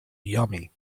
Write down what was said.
yummy